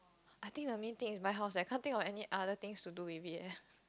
I think the main thing is buy house I can't think of any other things to do with it eh